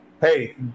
Hey